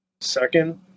Second